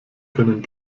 können